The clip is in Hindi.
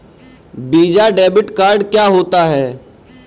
वीज़ा डेबिट कार्ड क्या होता है?